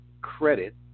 credit